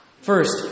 First